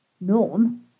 Norm